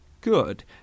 good